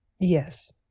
Yes